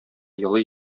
елый